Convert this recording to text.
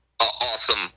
awesome